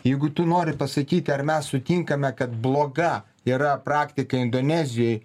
jeigu tu nori pasakyti ar mes sutinkame kad bloga yra praktika indonezijoj